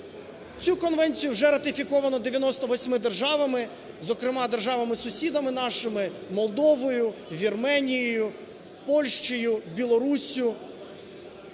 Цю конвенцію вже ратифіковано 98 державами, зокрема, державами сусідами нашими - Молдовою, Вірменією, Польщею, Білоруссю.